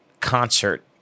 concert